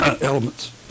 elements